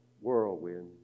whirlwind